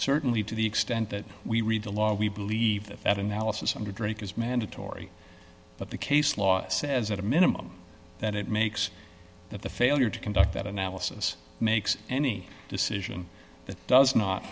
certainly to the extent that we read the law we believe that that analysis under drink is mandatory but the case law says at a minimum that it makes that the failure to conduct that analysis makes any decision that does not